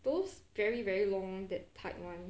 those very very long that type [one]